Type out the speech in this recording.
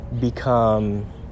become